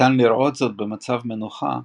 ניתן לראות זאת במצב מנוחה,